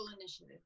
initiative